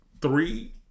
three